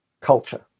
culture